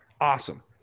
awesome